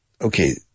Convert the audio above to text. okay